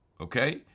okay